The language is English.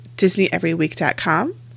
disneyeveryweek.com